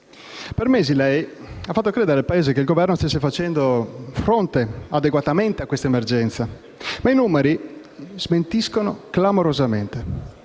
Per mesi lei ha fatto credere al Paese che il Governo stesse facendo fronte a questa emergenza, ma i numeri la smentiscono clamorosamente: